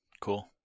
Cool